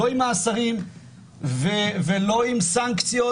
לא עם מאסרים ולא עם סנקציות,